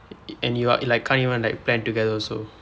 and you are I like can't even like plan together also